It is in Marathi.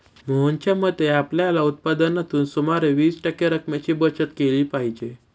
मोहनच्या मते, आपल्या उत्पन्नातून सुमारे वीस टक्के रक्कमेची बचत केली पाहिजे